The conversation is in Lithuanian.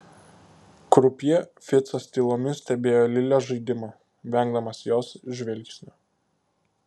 krupjė ficas tylomis stebėjo lilės žaidimą vengdamas jos žvilgsnio